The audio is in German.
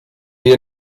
wir